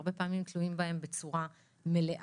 והרבה פעמים תלויים בהם בצורה מלאה.